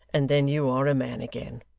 and then you are a man again!